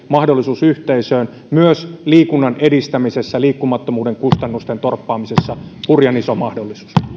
mahdollisuus yhteisöön myös liikunnan edistämisessä liikkumattomuuden kustannusten torppaamisessa se on hurjan iso mahdollisuus